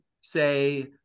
say